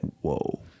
whoa